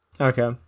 Okay